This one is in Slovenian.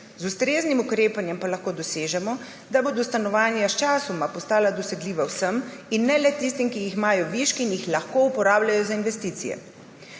Z ustreznim ukrepanjem pa lahko dosežemo, da bodo stanovanja sčasoma postala dosegljiva vsem in ne le tistim, ki jih imajo viška in jih lahko uporabljajo za investicije.